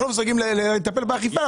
אנחנו לא מסוגלים לטפל באכיפה,